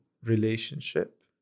relationship